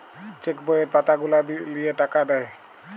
check বইয়ের পাতা গুলা লিয়ে টাকা দেয়